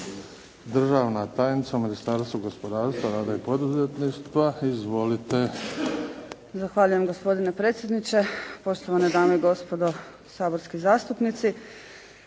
državna tajnica u Ministarstvu gospodarstva, rada i poduzetništva. Izvolite. **Obradović Mazal, Tamara** Zahvaljujem gospodine predsjedniče. Poštovane dame i gospodo saborski zastupnici.